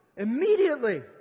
Immediately